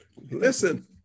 listen